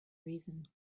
reason